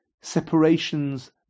separations